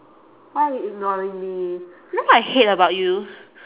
why are you ignoring me you know what I hate about you